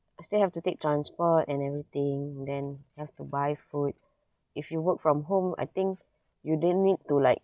I still have to take transport and everything then have to buy food if you work from home I think you didn't need to like